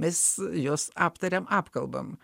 mes juos aptariam apkalbam